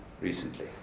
recently